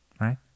right